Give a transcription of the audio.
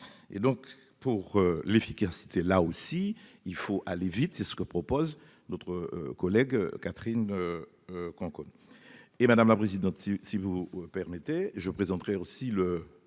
et donc pour l'efficacité, là aussi, il faut aller vite, c'est ce que propose notre collègue Catherine Conconne et madame la présidente, si, si vous permettez, je présenterai aussi le